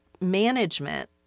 management